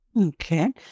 Okay